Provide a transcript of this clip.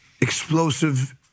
explosive